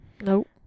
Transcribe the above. Nope